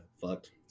fucked